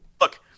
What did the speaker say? look